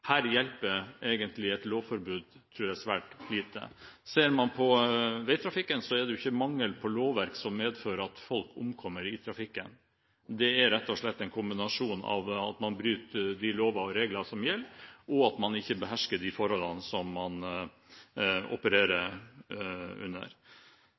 Her hjelper et lovforbud egentlig svært lite, tror jeg. Hvis man ser på veitrafikken, er det ikke mangel på lovverk som medfører at folk omkommer i trafikken. Grunnen til det er rett og slett en kombinasjon av at man bryter de lover og regler som gjelder, og at man ikke behersker de forholdene man